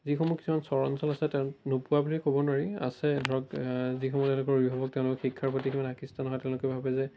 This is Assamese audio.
যিসমূহ কিছুমান চৰ অঞ্চল আছে তেওঁলোকে নোপোৱা বুলি ক'ব নোৱাৰি আছে ধৰক যিসমূহ তেওঁলোকৰ অভিভাৱক তেওঁলোক শিক্ষাৰ প্ৰতি সিমান আকৃষ্ট নহয় তেওঁলোকে ভাৱে যে